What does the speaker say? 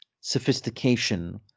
sophistication